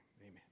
Amen